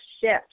shift